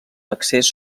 d’accés